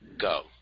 Go